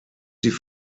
sie